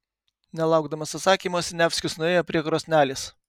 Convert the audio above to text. nelaukdamas atsakymo siniavskis nuėjo prie krosnelės